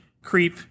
creep